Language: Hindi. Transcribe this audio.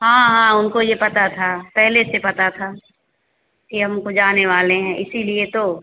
हाँ हाँ उनको यह पता था पहले से पता था कि हम तो जाने वाले हैं इसीलिए तो